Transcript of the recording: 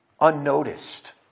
unnoticed